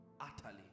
utterly